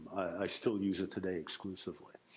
i still use it today, exclusively.